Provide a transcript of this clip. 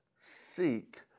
seek